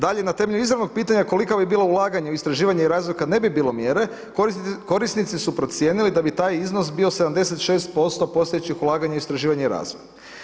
Dalje, na temelju izravnog pitanja kolika bi bila ulaganja u istraživanje i razvoj kad ne bi bilo mjere korisnici su procijenili da bi taj iznos bio 76% postojećih ulaganja u istraživanje i razvoj.